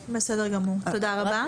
בסדר גמור, תודה רבה.